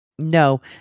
No